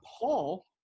Paul